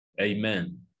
amen